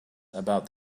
about